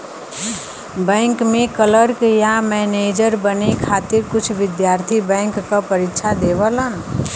bank में clerk या manager बने खातिर कुछ विद्यार्थी बैंक क परीक्षा देवलन